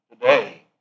today